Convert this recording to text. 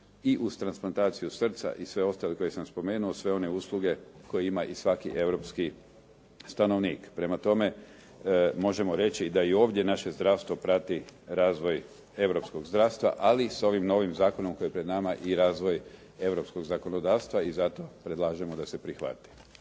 i uz transplantaciju srca i sve ostale koje sam spomenuo, sve one usluge koje ima svaki europski stanovnik. Prema tome, možemo reći da i ovdje naše zdravstvo prati razvoj europskog zdravstva. Ali s ovim novim zakonom koji je pred nama i razvoj europskog zakonodavstva i zato predlažemo da se prihvati.